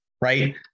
right